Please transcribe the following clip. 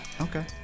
Okay